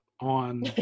on